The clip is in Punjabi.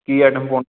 ਕੀ ਐਟਮ ਪੁਆਣੀ